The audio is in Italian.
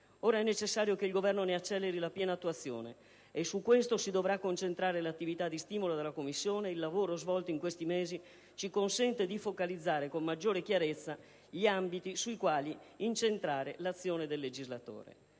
Ora è necessario che il Governo ne acceleri la piena attuazione; su questo si dovrà concentrare il lavoro di stimolo della Commissione, ed il lavoro svolto in questi mesi ci consente di focalizzare con maggiore chiarezza gli ambiti sui quali incentrare l'azione del legislatore.